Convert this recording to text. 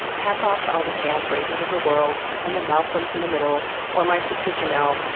hats off to all the jan bradys of the world, and the malcolms in the middle, or my sister janelle,